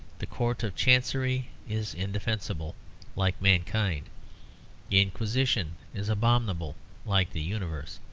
the court of chancery is indefensible like mankind. the inquisition is abominable like the universe.